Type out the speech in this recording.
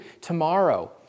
tomorrow